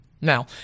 Now